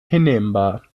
hinnehmbar